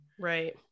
Right